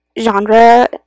genre